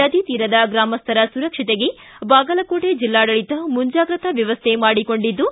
ನದಿ ತೀರದ ಗ್ರಾಮಸ್ವರ ಸುರಕ್ಷತೆಗೆ ಬಾಗಲಕೋಟೆ ಜಿಲ್ಲಾಡಳಿತ ಮುಂಜಾಗೃತಾ ವ್ಯವಸ್ಥೆ ಮಾಡಿಕೊಂಡಿದ್ದು